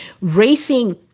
racing